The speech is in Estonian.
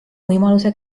võimaluse